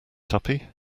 tuppy